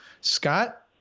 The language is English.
Scott